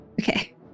Okay